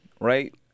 right